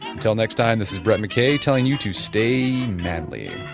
until next time, this is brett mckay telling you to stay manly